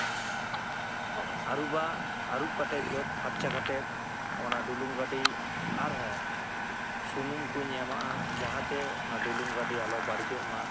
ᱟᱹᱨᱩᱵᱟ ᱟᱨᱩᱵᱽ ᱠᱟᱛᱮᱫ ᱡᱚᱫ ᱯᱷᱟᱨᱪᱟ ᱠᱟᱛᱮᱫ ᱚᱱᱟ ᱰᱩᱞᱩᱝ ᱜᱟᱹᱰᱤ ᱟᱨᱦᱚᱸ ᱥᱩᱱᱩᱢ ᱠᱩᱧ ᱮᱢᱟᱜᱼᱟ ᱡᱟᱦᱟᱸᱛᱮ ᱚᱱᱟ ᱰᱩᱞᱩᱝ ᱜᱟᱹᱰᱤ ᱟᱞᱚ ᱵᱟᱹᱲᱤᱡᱚᱜ ᱢᱟ